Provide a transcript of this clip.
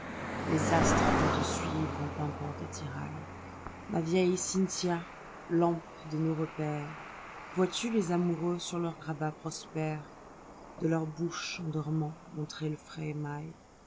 les astres vont te suivre en pimpant attirail ma vieille cynthia lampe de nos repaires vois-tu les amoureux sur leurs grabats prospères de leur bouche en dormant montrer le frais émail